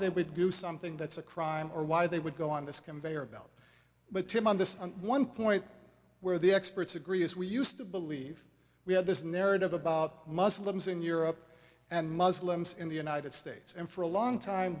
they would do something that's a crime or why they would go on this conveyor belt but tim on this one point where the experts agree as we used to believe we have this narrative about muslims in europe and muslims in the united states and for a long time